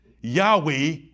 Yahweh